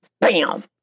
Bam